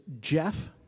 Jeff